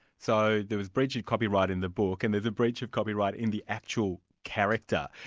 so there was breach of copyright in the book and there's a breach of copyright in the actual character.